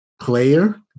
player